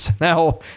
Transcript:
Now